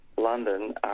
London